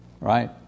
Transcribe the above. right